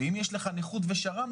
ואם יש לך נכות ושר"מ,